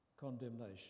condemnation